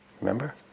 Remember